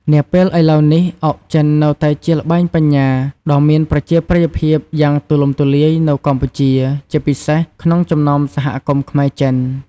នាពេលឥឡូវនេះ អុកចិននៅតែជាល្បែងបញ្ញាដ៏មានប្រជាប្រិយភាពយ៉ាងទូលំទូលាយនៅកម្ពុជា ជាពិសេសក្នុងចំណោមសហគមន៍ខ្មែរ-ចិន។